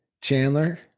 Chandler